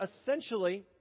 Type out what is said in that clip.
essentially